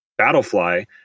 Battlefly